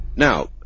Now